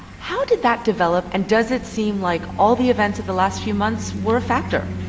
how did that develop? and does it seem like all the events of the last few months were a factor?